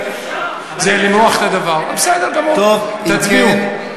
בסדר גמור, תצביעו.